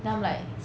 then I'm like